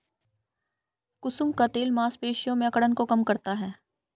कुसुम का तेल मांसपेशियों में अकड़न को कम करता है